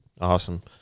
Awesome